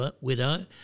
widow